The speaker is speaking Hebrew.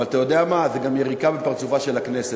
אבל אתה יודע מה, זאת גם יריקה בפרצופה של הכנסת.